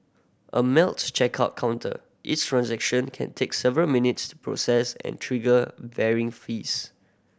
a Melt's checkout counter each transaction can take several minutes to process and trigger varying fees